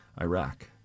Iraq